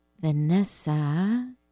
Vanessa